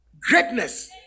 greatness